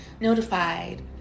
notified